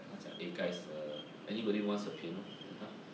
他讲 eh guys err anybody wants a piano then !huh!